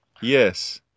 Yes